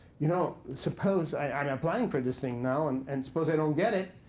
you know, suppose i i'm applying for this thing now, and and suppose i don't get it.